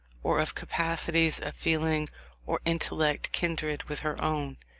or of capacities of feeling or intellect kindred with her own,